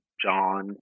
John